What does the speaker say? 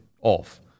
off